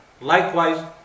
Likewise